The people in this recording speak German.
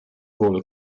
wohl